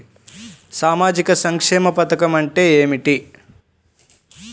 సామాజిక సంక్షేమ పథకం అంటే ఏమిటి?